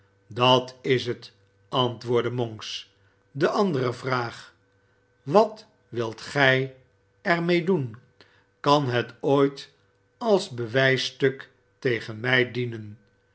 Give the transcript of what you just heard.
dat is het antwoordde monks de andere vraag wat wilt gij er mee doen kan het ooit als bewijsstuk tegen mij dienen